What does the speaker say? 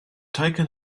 taken